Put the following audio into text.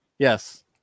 Yes